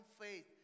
faith